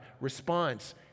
response